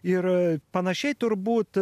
ir panašiai turbūt